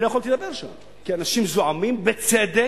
אני לא יכולתי לדבר שם, כי אנשים זועמים, בצדק.